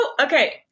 okay